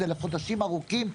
לחודשים ארוכים,